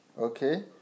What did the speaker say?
Okay